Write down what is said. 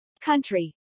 Country